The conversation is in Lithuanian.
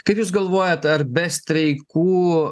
kaip jūs galvojat ar be streikų